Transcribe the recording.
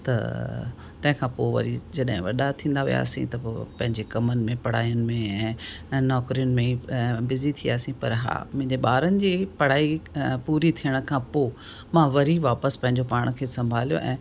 त तंहिंखां पोइ वरी जॾहिं वॾा थींदा वियासीं त पोइ पंहिंजे कमनि में पढ़ायुनि में ऐं नौकिरियुनि में बिज़ी थी वियासीं पर हा मुंहिंजे ॿारनि जी पढ़ाई पूरी थियण खां पोइ मां वरी वापसि पंहिंजे पाण खे संभालियो ऐं